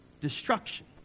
destruction